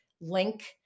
link